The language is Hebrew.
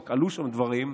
רק עלו שם דברים,